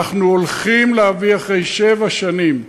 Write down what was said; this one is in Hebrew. אנחנו הולכים להביא, אחרי שבע שנים,